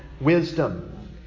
wisdom